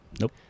nope